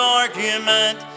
argument